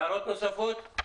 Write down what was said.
הערות נוספות?